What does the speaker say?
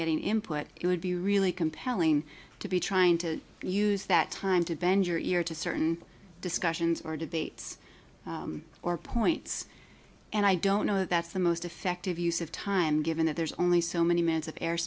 getting input it would be really compelling to be trying to use that time to bend your ear to certain discussions or debates or points and i don't know that's the most effective use of time given that there's only so many minutes of air